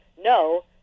no